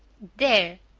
there!